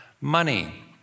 money